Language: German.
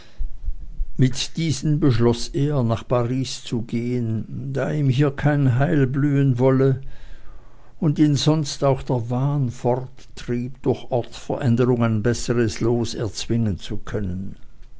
mit diesen beschloß er nach paris zu gehen da ihm hier kein heil blühen wollte und ihn sonst auch der wahn forttrieb durch ortsveränderung ein besseres los erzwingen zu können